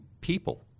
people